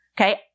Okay